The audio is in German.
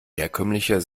herkömmlicher